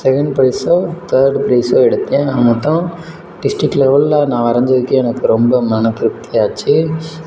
second ப்ரைஸ்ஸோ third ப்ரைஸ்ஸோ எடுத்தேன் ஆக மொத்தம் டிஸ்ட்ரிக்ட் லெவலில் நான் வரைஞ்சதுக்கு எனக்கு ரொம்ப மன திருப்தி ஆச்சு